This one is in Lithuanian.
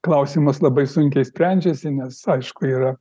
klausimas labai sunkiai sprendžiasi nes aišku yra